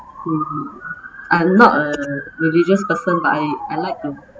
I'm not a religious person but I I like to